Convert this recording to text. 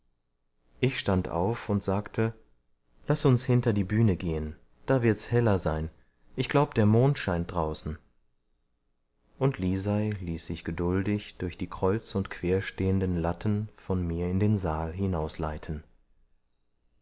ich stand auf und sagte laß uns hinter die bühne gehen da wird's heller sein ich glaub der mond scheint draußen und lisei ließ sich geduldig durch die kreuz und quer stehenden latten von mir in den saal